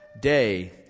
day